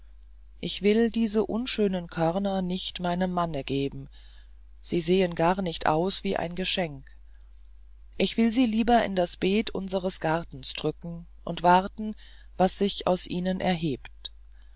ich will diese unschönen körner nicht meinem manne geben sie sehen gar nicht aus wie ein geschenk ich will sie lieber in das beet unseres gartens drücken und warten was sich aus ihnen erhebt